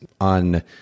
on